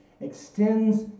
extends